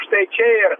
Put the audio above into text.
štai čia ir